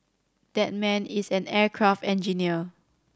that man is an aircraft engineer